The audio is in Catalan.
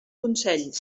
consell